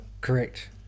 correct